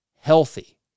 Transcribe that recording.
healthy